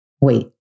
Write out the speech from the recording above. Wait